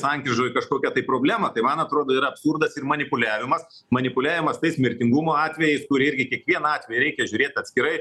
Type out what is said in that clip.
sankryžoj kažkokią tai problemą tai man atrodo yra absurdas ir manipuliavimas manipuliavimas tais mirtingumo atvejais kur irgi kiekvieną atvejį reikia žiūrėt atskirai